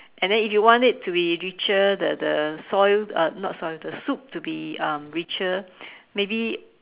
and then if you want it to be richer the the soil uh not soil the soup to be um richer maybe